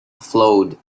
flowed